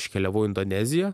iškeliavau į indoneziją